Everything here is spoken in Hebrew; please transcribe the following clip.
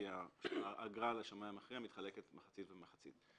כי האגרה על השומה המכריע מתחלקת מחצית ומחצית.